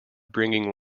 bringing